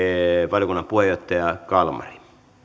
valiokunnan puheenjohtaja edustaja kalmari